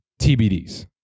TBDs